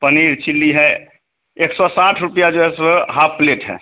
paneer chilli है एक सौ साठ रुपया जो है सो हाफ़ प्लेट है